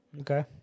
Okay